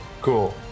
Cool